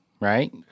right